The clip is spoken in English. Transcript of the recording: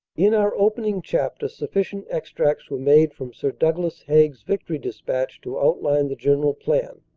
in our opening chapter sufficient extracts were made from sir douglas haig's vi ctory dispatch to outline the general plan.